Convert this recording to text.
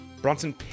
Bronson